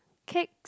cakes